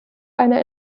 einer